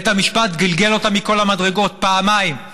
בית המשפט גלגל אותם מכל המדרגות פעמיים.